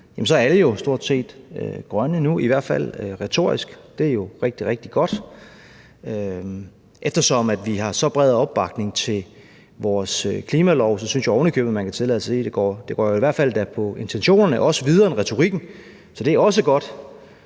sådan set stort set grønne nu, i hvert fald retorisk. Det er jo rigtig, rigtig godt. Eftersom vi har så bred opbakning til vores klimalov, synes jeg ovenikøbet, at man kan tillade sig at sige, at det i intentionerne også går videre end i retorikken. Så det er også godt.